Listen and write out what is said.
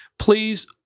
Please